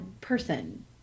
person